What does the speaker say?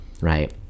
Right